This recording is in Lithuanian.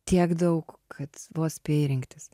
tiek daug kad vos spėji rinktis